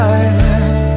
Silent